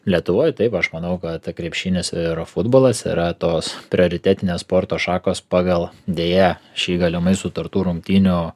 lietuvoj taip aš manau kad krepšinis ir futbolas yra tos prioritetinės sporto šakos pagal deja šį galimai sutartų rungtynių